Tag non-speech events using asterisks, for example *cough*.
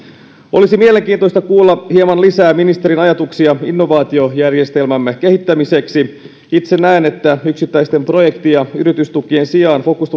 olisi mielenkiintoista kuulla hieman lisää ministerin ajatuksia innovaatiojärjestelmämme kehittämiseksi itse näen että yksittäisten projekti ja yritystukien sijaan fokuksen *unintelligible*